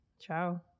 Ciao